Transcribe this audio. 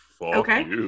okay